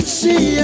see